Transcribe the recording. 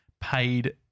paid